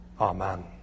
Amen